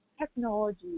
technology